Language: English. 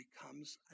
becomes